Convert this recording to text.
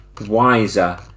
wiser